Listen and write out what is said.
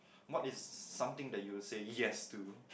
what is something that you will say yes to